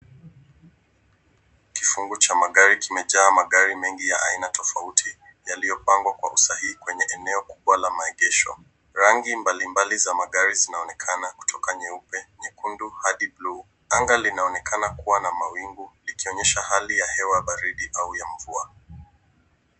Kifungu cha magari kimejaa magari mengi ya aina tofauti yaliyopangwa kwa usahii kwenye eneo kubwa la maegesho. Rangi mbalimbali za magari zinaonekana kutoka nyeupe, nyekundu hadi bluu. Anga linaonekana kuwa na mawingu likionyesha hali ya hewa baridi au ya mvua.